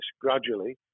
gradually